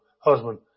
husband